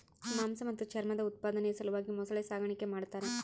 ಮಾಂಸ ಮತ್ತು ಚರ್ಮದ ಉತ್ಪಾದನೆಯ ಸಲುವಾಗಿ ಮೊಸಳೆ ಸಾಗಾಣಿಕೆ ಮಾಡ್ತಾರ